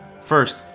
First